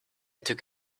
took